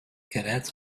cadets